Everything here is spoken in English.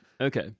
Okay